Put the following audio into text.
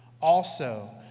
also,